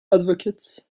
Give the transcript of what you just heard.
advocates